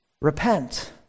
Repent